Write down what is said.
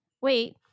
Wait